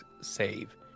save